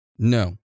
No